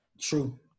True